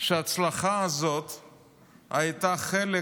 שההצלחה הזו הייתה חלק